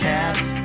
Cats